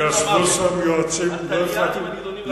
ישבו שם יועצים, התליין עם הנידונים למוות.